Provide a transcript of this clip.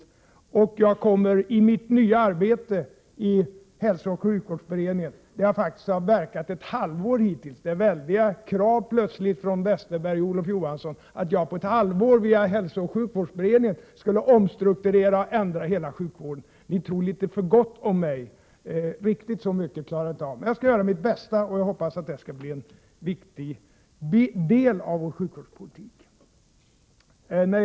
Dessa ambitioner har jag också med mig i mitt nya arbete i hälsooch sjukvårdsberedningen, där jag faktiskt bara har verkat i ett halvt år hittills — det är plötsligt väldiga krav från Bengt Westerberg och Olof Johansson. Att jag på ett halvår via hälsooch sjukvårdsberedningen skulle omstrukturera och ändra hela sjukvården är att tro litet för gott om mig. Riktigt så mycket klarar jag inte av. Men jag skall göra mitt bästa, och jag hoppas att detta skall bli en viktig del av vår sjukvårdspolitik.